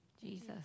Jesus